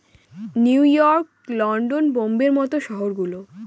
new York, London, বোম্বের মত শহর গুলো